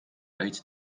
uit